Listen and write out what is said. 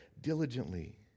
diligently